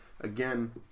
Again